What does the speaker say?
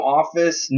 office